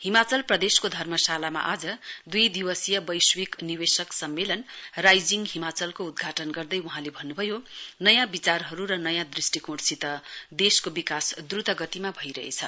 हिमाचल प्रदेशको धर्मशालामा आज दुई दिवसीय वैश्विक निवेशक सम्मेलन राइजिङ हिमाचलको उदघाटन गर्दै वहाँले भन्नु भयो नयाँ विचार र नयाँ दृष्टिकोणसित देशको विकास द्वत गतिमा भइरहेछ